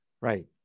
Right